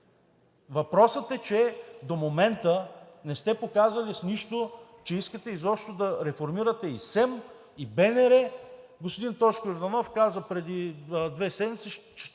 Въпросът е, че до момента не сте показали с нищо, че искате изобщо да реформирате и СЕМ, и БНР. Господин Тошко Йорданов каза преди две седмици,